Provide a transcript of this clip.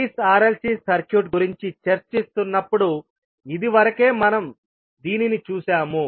series r l c circuit గురించి చర్చిస్తున్నప్పుడు ఇదివరకే దీనిని మనం చూశాము